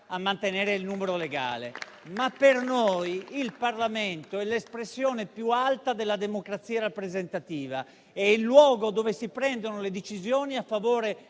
a mantenere il numero legale. Per noi il Parlamento è l'espressione più alta della democrazia rappresentativa; è il luogo dove si prendono le decisioni a favore